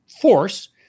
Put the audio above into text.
force